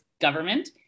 government